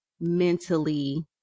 mentally